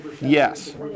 Yes